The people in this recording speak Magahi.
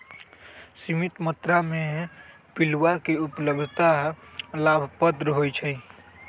सीमित मत्रा में पिलुआ के उपलब्धता लाभप्रद होइ छइ